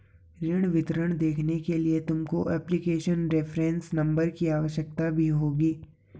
ऋण विवरण देखने के लिए तुमको एप्लीकेशन रेफरेंस नंबर की आवश्यकता भी होगी